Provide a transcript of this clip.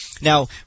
Now